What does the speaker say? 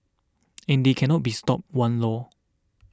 and they cannot be stopped one lor